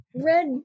red